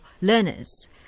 learners